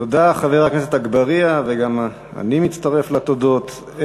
תודה, חבר הכנסת אגבאריה, וגם אני מצטרף לתודות.